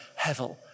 hevel